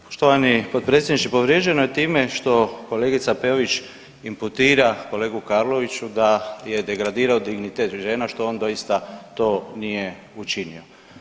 Poštovani potpredsjedniče povrijeđeno je time što kolegica Peović imputira kolegu Karloviću da je degradirao dignitet žena što on doista to nije učinio.